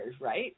right